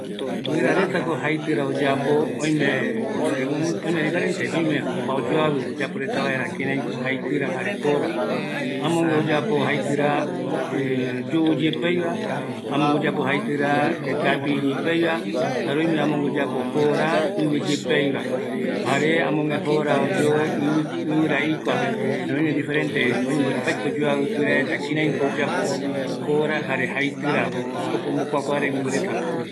Guirareta jatɨra oyapovaera opa oyoavɨ, oyapo vaera jaitɨ, jare joo ra, amogue oyapo yuu yepeaiva, kapii yepeaiva, jare tuyuapo yepeaiva, amogue oyoo ɨvɨra, jukuraï opa oyoavɨ reta